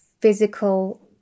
physical